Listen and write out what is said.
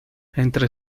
entre